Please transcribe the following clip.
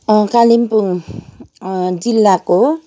कालिम्पोङ जिल्लाको